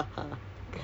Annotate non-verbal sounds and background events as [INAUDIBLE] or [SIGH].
[LAUGHS]